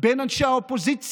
בין אנשי האופוזיציה,